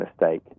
mistake